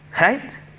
Right